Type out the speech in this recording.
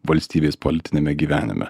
valstybės politiniame gyvenime